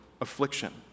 affliction